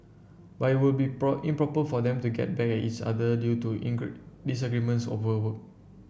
but it would be improper for them to get back at each other due to disagreements over work